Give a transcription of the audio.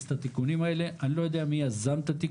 זה השינוי היחידי שקורה מיידית.